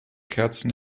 kerzen